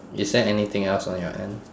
is there anything else on your end